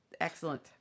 Excellent